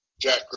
Jack